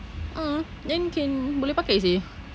mm then can boleh pakai seh